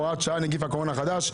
הוראת שעה,